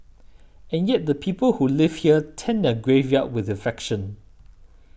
and yet the people who live here tend their graveyard with affection